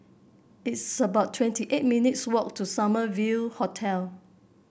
it's about twenty eight minutes' walk to Summer View Hotel